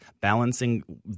balancing